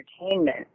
entertainment